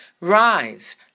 Rise